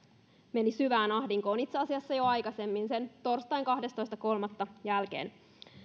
menivät syvään ahdinkoon itse asiassa jo aikaisemmin sen torstain kahdestoista kolmatta jälkeen